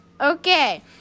Okay